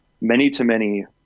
many-to-many